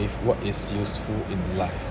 if what is useful in life